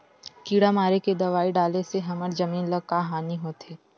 किड़ा मारे के दवाई डाले से हमर जमीन ल का हानि होथे?